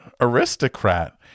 aristocrat